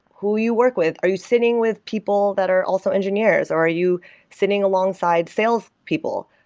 who you work with, are you sitting with people that are also engineers, or are you sitting alongside sales people?